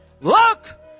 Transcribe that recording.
Look